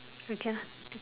weekend